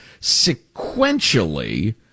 sequentially